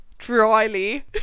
dryly